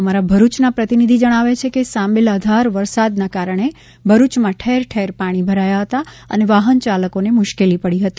અમારા ભરૂચના પ્રતિનિધિ જણાવે છે કે સાંબેલાધાર વરસાદના કારણે ભરૂચમાં ઠેર ઠેર પાણી ભરાયા હતા અને વાહન ચાલકોને મુશ્કેલી પડી હતી